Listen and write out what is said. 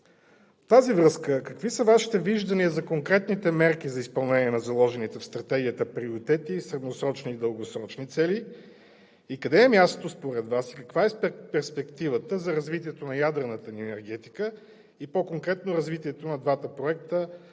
В тази връзка: какви са Вашите виждания за конкретните мерки за изпълнение на заложените в Стратегията приоритети, средносрочни и дългосрочни цели? Къде е мястото според Вас и каква е перспективата за развитието на ядрената ни енергетика, и по-конкретно развитието на двата проекта